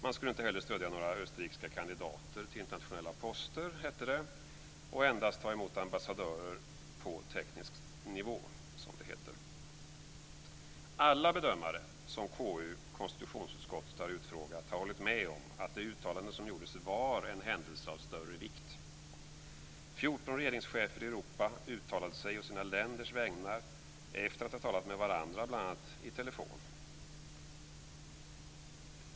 Man skulle inte heller stödja några österrikiska kandidater till internationella poster och endast ta emot ambassadörer på teknisk nivå, som det heter. Alla bedömare som konstitutionsutskottet har utfrågat har hållit med om att det uttalande som gjordes var en händelse av större vikt. 14 regeringschefer i Europa uttalade sig å sina länders vägnar, efter att ha talat med varandra bl.a. i telefon.